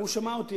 הוא שמע אותי,